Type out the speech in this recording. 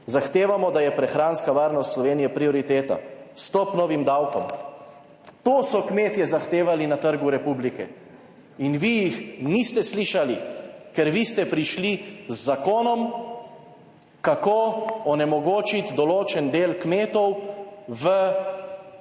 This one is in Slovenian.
zahtevamo, da je prehranska varnost Slovenije prioriteta. Stop novim davkom. To so kmetje zahtevali na Trgu republike in vi jih niste slišali, ker vi ste prišli z zakonom, kako onemogočiti določen del kmetov v organih